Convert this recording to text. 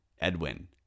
Edwin